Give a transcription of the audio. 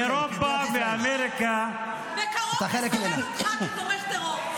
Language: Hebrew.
אירופה ואמריקה, כתומך טרור.